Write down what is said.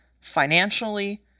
financially